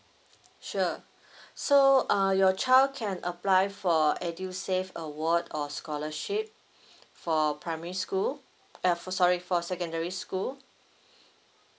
sure so uh your child can apply for edusave award or scholarship for primary school ah for sorry for secondary school